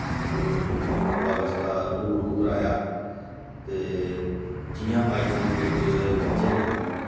बा बस्ता रूबरू कराया ते जि'यां अज्ज दी डेट च बच्चे न